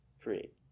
create